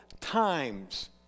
times